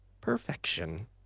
perfection